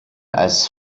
als